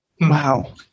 Wow